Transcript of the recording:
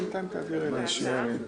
הכול בהסכמה.